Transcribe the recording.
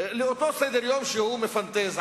לאותו סדר-יום שהוא מפנטז,